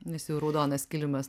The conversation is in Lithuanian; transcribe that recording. nes jau raudonas kilimas